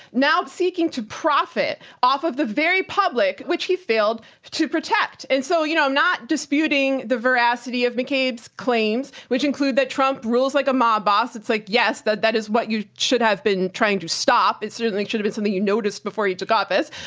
now seeking to profit off of the very public, which he failed to protect. and so you know i'm not disputing the voracity of mccabe's claims, which include that trump rules like a mob boss. it's like, yes, that that is what you should have been trying to stop. it certainly should have been something you noticed before he took office,